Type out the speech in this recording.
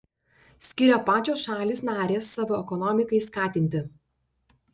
skiria pačios šalys narės savo ekonomikai skatinti